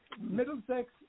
Middlesex